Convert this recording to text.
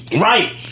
Right